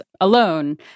alone